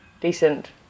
decent